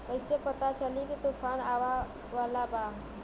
कइसे पता चली की तूफान आवा वाला बा?